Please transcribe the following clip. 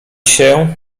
się